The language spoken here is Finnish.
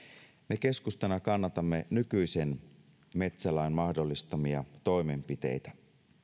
me keskustana kannatamme nykyisen metsälain mahdollistamia toimenpiteitä